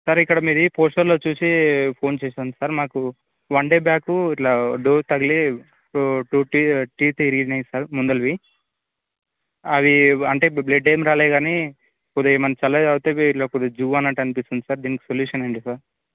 sir ఇక్కడ మీది పోస్టర్లో చూసి ఫోన్ చేసాను సార్ మాకు వన్ డే బ్యాక్ ఇట్లా డోర్ తగిలి సో టూ టీ టీత్ విరిగినాయి సార్ ముందరవి అవి అంటే బ్లడ్ ఏం రాలేదు కానీ ఇప్పుడు ఏమన్నా చల్లగా తాగితే ఇవి ఇట్లా కొద్దిగా జువ్ అన్నట్టు అనిపిస్తుంది సార్ దీనికి సొల్యూషన్ ఏంటి సార్